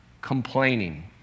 complaining